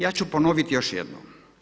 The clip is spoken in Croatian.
Ja ću ponoviti još jednom.